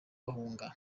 bahunga